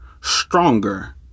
stronger